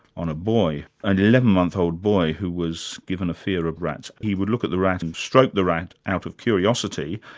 on a boy, an eleven month old boy, who was given a fear of rats. he would look at the rat and stroke the rat out of curiosity,